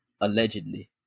allegedly